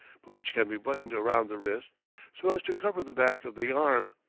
but which can be buttoned around the wrists so as to cover the back of the arm.